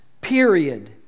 period